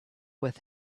with